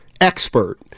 expert